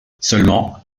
seulement